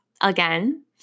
again